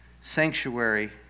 sanctuary